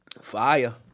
Fire